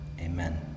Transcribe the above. Amen